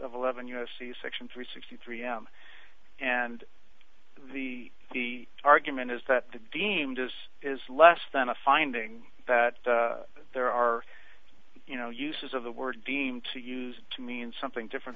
of eleven u s c section three sixty three m and the the argument is that to deem this is less than a finding that there are you know uses of the word seem to use to mean something different